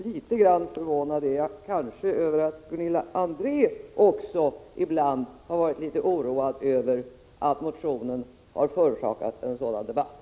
Litet grand förvånad är jag kanske över att Gunilla André också ibland har varit litet oroad över att motionen har förorsakat en sådan debatt.